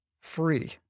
free